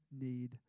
need